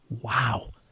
wow